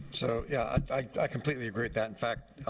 so yeah, i completely agree with that. in fact,